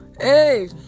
Hey